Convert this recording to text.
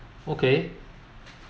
okay